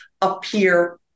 appear